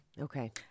Okay